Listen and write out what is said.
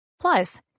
Plus